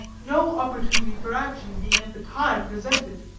no opportunity for action being at the time presented,